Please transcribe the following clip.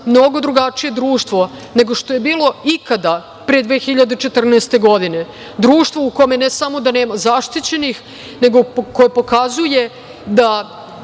mnogo drugačije društvo nego što je bilo ikada, pre 2014. godine. Društvo u kome ne samo da nema zaštićenih, nego koje pokazuje da